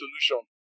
solution